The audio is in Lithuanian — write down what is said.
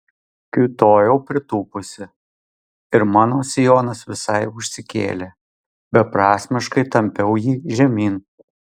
kiūtojau pritūpusi ir mano sijonas visai užsikėlė beprasmiškai tampiau jį žemyn